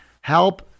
help